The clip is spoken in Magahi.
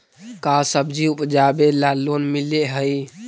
का सब्जी उपजाबेला लोन मिलै हई?